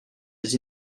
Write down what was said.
des